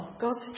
God's